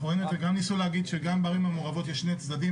ניסו להגיד שגם בערים מעורבות יש שני צדדים.